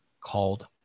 called